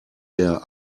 der